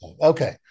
Okay